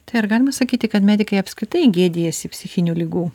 tai ar galima sakyti kad medikai apskritai gėdijasi psichinių ligų